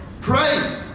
Pray